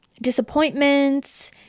disappointments